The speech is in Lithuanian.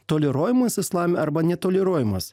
toleruojamas islame arba netoleruojamas